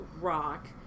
Rock